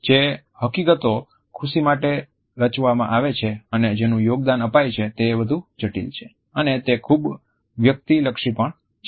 જે હકીકતો ખુશી માટે રચવામાં આવે છે અને જેનું યોગદાન અપાય છે તે વધુ જટિલ છે અને તે ખૂબ વ્યક્તિલક્ષી પણ છે